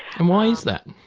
and why is that?